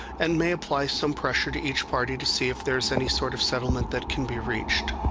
and may apply some pressure to each party to see if there's any sort of settlement that can be reached